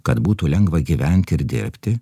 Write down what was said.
kad būtų lengva gyvent ir dirbti